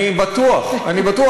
אני בטוח, אני בטוח.